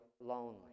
lonely